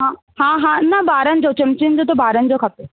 ह हा हा न बारनि जो चमिचियुनि जो त बारनि जो खपे